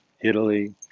Italy